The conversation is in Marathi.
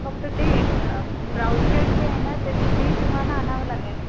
फक्त ते ब्राउजच जे आहे ना ते ते तुम्हाला आणावं लागेल